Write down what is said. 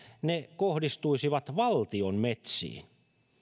ne kohdistuisivat valtion metsiin